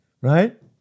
right